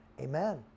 Amen